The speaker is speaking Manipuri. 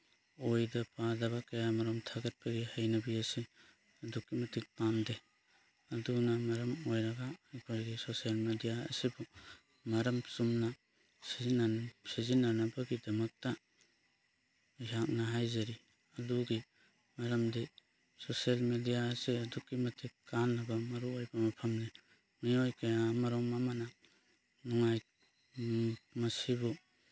ꯑꯣꯏꯗ ꯄꯥꯗꯕ ꯀꯌꯥꯃꯔꯨꯝ ꯊꯥꯒꯠꯄꯒꯤ ꯍꯩꯅꯕꯤ ꯑꯁꯤ ꯑꯗꯨꯛꯀꯤ ꯃꯇꯤꯛ ꯄꯥꯝꯗꯦ ꯑꯗꯨꯅ ꯃꯔꯝ ꯑꯣꯏꯔꯒ ꯑꯩꯈꯣꯏꯒꯤ ꯁꯣꯁꯦꯜ ꯃꯦꯗꯤꯌꯥ ꯑꯁꯤꯗ ꯃꯔꯝ ꯆꯨꯝꯅ ꯁꯤꯖꯤꯟꯅꯅꯕꯒꯤꯗꯃꯛꯇ ꯑꯩꯍꯥꯛꯅ ꯍꯥꯏꯖꯔꯤ ꯑꯗꯨꯒꯤ ꯃꯔꯝꯗꯤ ꯁꯣꯁꯦꯜ ꯃꯦꯗꯤꯌꯥ ꯑꯁꯦ ꯑꯗꯨꯛꯀꯤ ꯃꯇꯤꯛ ꯀꯥꯅꯕ ꯃꯔꯨꯑꯣꯏꯕ ꯃꯐꯝꯅꯤ ꯃꯤꯑꯣꯏ ꯀꯌꯥꯃꯔꯨꯝ ꯑꯃꯅ ꯃꯁꯤꯕꯨ